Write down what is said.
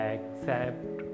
Accept